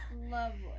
Lovely